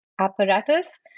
Apparatus